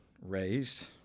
raised